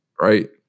right